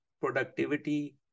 productivity